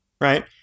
Right